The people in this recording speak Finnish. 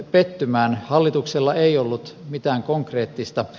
hallituksella ei ollut mitään konkreettista